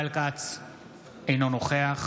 אינו נוכח